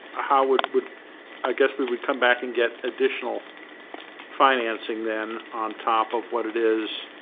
how would would i guess we would come back and get additional financing then on top of what it is